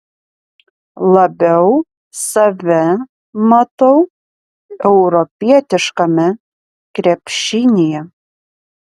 labiau save matau europietiškame krepšinyje